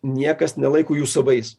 niekas nelaiko jų savais